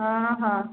ହଁ ହଁ